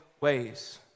ways